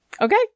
Okay